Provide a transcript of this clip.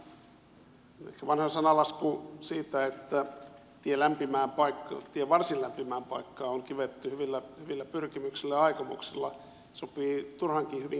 ehkä vanha sananlasku siitä että tie varsin lämpimään paikkaan on kivetty hyvillä pyrkimyksillä ja aikomuksilla sopii turhankin hyvin tähän lakiesitykseen